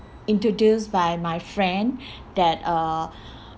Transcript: introduced by my friend that uh